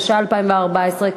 התשע"ה 2014,